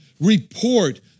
report